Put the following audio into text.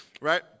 right